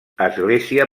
església